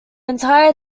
entire